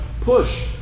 push